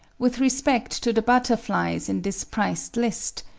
with respect to the butterflies in this priced list,